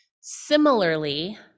Similarly